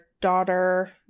daughter